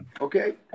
okay